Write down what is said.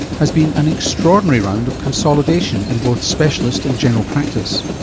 has been an extraordinary round of consolidation in both specialist and general practice.